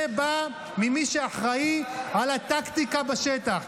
זה בא ממי שאחראי על הטקטיקה בשטח.